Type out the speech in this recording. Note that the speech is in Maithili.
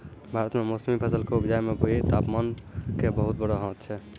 भारत मॅ मौसमी फसल कॅ उपजाय मॅ भी तामपान के बहुत बड़ो हाथ छै